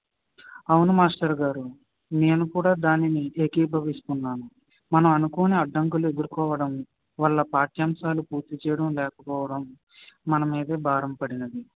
అవును మాస్టారుగారు నేను కూడా దానిని ఏకీభవిస్తున్నాను మనం అనుకోని అడ్డంకులు ఎదుర్కోవడం వల్ల పాఠ్యంశాలు పూర్తి చేయడం లేకపోవడం మన మీదే భారం పడినది